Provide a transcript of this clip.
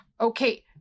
okay